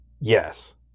Yes